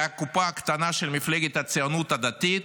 מהקופה הקטנה של מפלגת הציונות הדתית,